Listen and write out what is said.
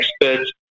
experts